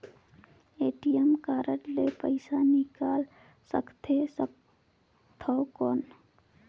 ATM card ले पइसा निकाल सकथे थव कौन?